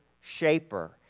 shaper